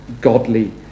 godly